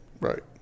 Right